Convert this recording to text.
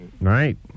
right